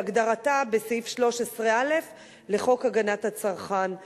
כהגדרתה בסעיף 13א לחוק הגנת הצרכן.